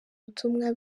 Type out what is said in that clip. ubutumwa